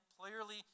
clearly